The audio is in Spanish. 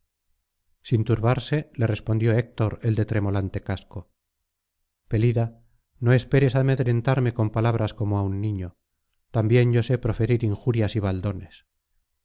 sin turbarse le respondió héctor el de tremolante casco pelida no esperes amedrentarme con palabras como á un niño también yo sé proferir injurias y baldones